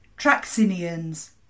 Traxinians